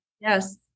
Yes